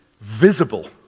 visible